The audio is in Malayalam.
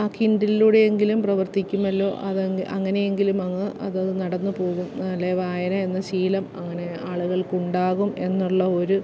ആ കിൻഡിലിലൂടെയെങ്കിലും പ്രവർത്തിക്കുമല്ലോ അത് അങ്ങനെയെങ്കിലും അങ്ങ് അതങ്ങ് നടന്ന് പോകും അല്ലെങ്കില് വായന എന്ന ശീലം അങ്ങനെ ആളുകൾക്കുണ്ടാകും എന്നുള്ള ഒരു